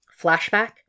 Flashback